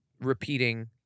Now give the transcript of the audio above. repeating